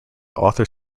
author